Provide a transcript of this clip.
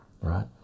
right